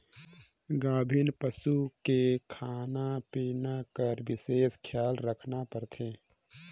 गाभिन पसू के खाना पिना कर बिसेस खियाल रखना परथे